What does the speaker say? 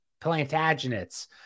Plantagenets